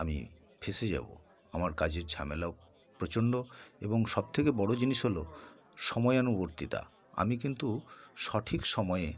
আমি ফেঁসে যাবো আমার কাজের ঝামেলাও প্রচণ্ড এবং সবথেকে বড় জিনিস হলো সময়ানুবর্তিতা আমি কিন্তু সঠিক সময়ে